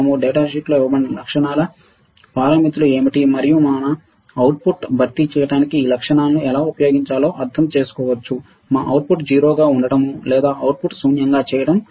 data షీట్లో ఇవ్వబడిన లక్షణాల పారామితులు ఏమిటి మరియు మా అవుట్పుట్ను భర్తీ చేయడానికి ఈ లక్షణాలను ఎలా ఉపయోగించాలో అర్థం చేసుకోవచ్చు మా అవుట్పుట్ 0 గా ఉండటం లేదా అవుట్పుట్ శూన్యంగా చేయడం కోసం